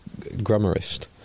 grammarist